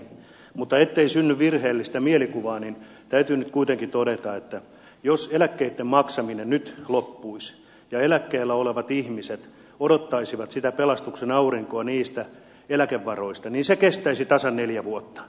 mutta ettei synny virheellistä mielikuvaa täytyy nyt kuitenkin todeta että jos eläkkeitten maksaminen nyt loppuisi ja eläkkeellä olevat ihmiset odottaisivat sitä pelastuksen aurinkoa niistä eläkevaroista se kestäisi tasan neljä vuotta